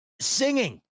singing